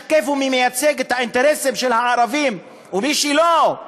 מי משקף ומי מייצג את האינטרסים של הערבים ומי לא.